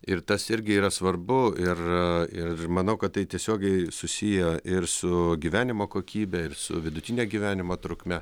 ir tas irgi yra svarbu ir ir manau kad tai tiesiogiai susiję ir su gyvenimo kokybe ir su vidutinio gyvenimo trukme